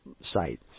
site